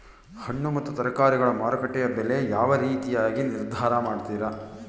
ಹಣ್ಣು ಮತ್ತು ತರಕಾರಿಗಳ ಮಾರುಕಟ್ಟೆಯ ಬೆಲೆ ಯಾವ ರೇತಿಯಾಗಿ ನಿರ್ಧಾರ ಮಾಡ್ತಿರಾ?